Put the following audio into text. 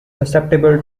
susceptible